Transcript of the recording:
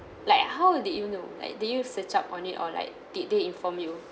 like how did you know like did you search up on it or like did they inform you